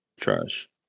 trash